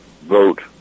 vote